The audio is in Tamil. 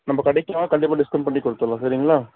நம்ம கடைக்கு வாங்க கண்டிப்பாக டிஸ்கவுண்ட் பண்ணி கொடுக்துட்றோம் சரிங்களா